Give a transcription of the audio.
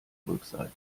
rückseite